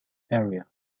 area